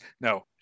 No